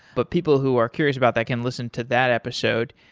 but people who are curious about that can listen to that episode.